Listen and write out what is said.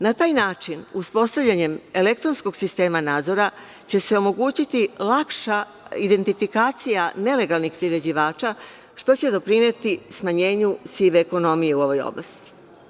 Na taj način, uspostavljanjem elektronskog sistema nadzora će se omogućiti lakša identifikacija nelegalnih priređivača, što će doprineti smanjenju sive ekonomije u ovoj oblasti.